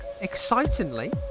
excitingly